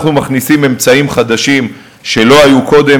אנחנו מכניסים אמצעים חדשים שלא היו קודם